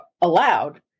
allowed